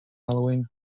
halloween